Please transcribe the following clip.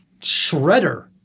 shredder